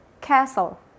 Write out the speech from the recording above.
Castle